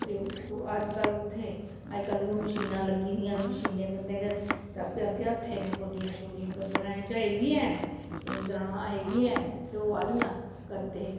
अज्जकल कुत्थैं अज्जकल उ'ऐ मशीनां लग्गी दियां ते मशीनें कन्नै गै सब किश अग्गें हत्थें कन्नै गोड्डियां शोड्डियां करनियां ग्राएं च अज्जै बी हैन केईं ग्राएं च अज्जै बी हैन उत्थैं होआ दियां लोक अज्जैं बी करदे